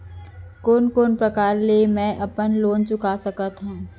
कोन कोन प्रकार ले मैं अपन लोन चुका सकत हँव?